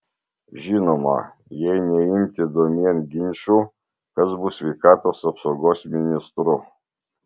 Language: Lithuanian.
žinoma jei neimti domėn ginčų kas bus sveikatos apsaugos ministru